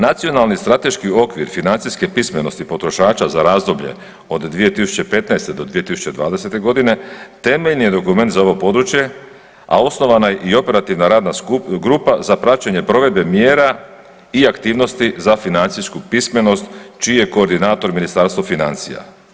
Nacionalni strateški okvir financijske pismenosti potrošača za razdoblje od 2015. do 2020. g. temeljni je dokument za ovo područje, a osnovana je i operativna radna grupa za praćenje provedbe mjera i aktivnosti za financijsku pismenost, čiji je koordinator Ministarstvo financija.